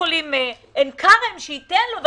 הדסה עין כרם שייתן לו,